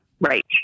Right